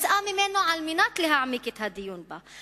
הוצאה ממנו על מנת להעמיק את הדיון בה,